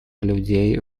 людей